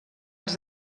els